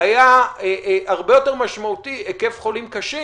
היה הרבה יותר משמעותי היקף חולים קשים